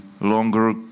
longer